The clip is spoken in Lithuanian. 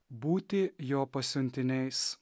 būti jo pasiuntiniais